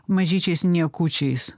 mažyčiais niekučiais